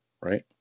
right